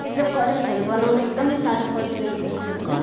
एकदम करेन्टहरू बनाउन एकदमै साह्रो परिरहेको थियो होइन